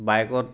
বাইকত